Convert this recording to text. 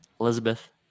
Elizabeth